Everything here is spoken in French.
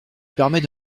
permet